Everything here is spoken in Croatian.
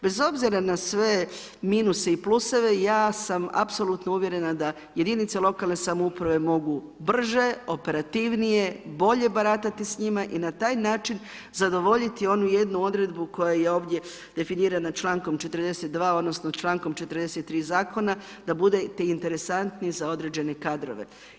Bez obzira na sve minuse i pluseve ja sam apsolutno uvjerena da jedinice lokalne samouprave mogu brže, operativnije, bolje baratati s njima i na taj način zadovoljiti onu jednu odredbu koja je ovdje definirana člankom 42. odnosno člankom 43. zakona da budete interesantni za određene kadrove.